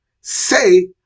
say